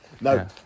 No